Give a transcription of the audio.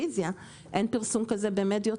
הרי אין פרסום כזה בטלוויזיה,